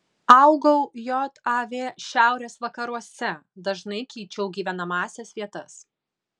augau jav šiaurės vakaruose dažnai keičiau gyvenamąsias vietas